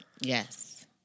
yes